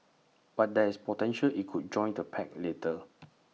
but there's potential IT could join the pact later